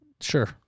Sure